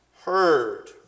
heard